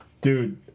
Dude